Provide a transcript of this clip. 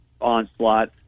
onslaught